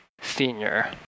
Senior